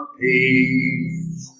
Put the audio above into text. peace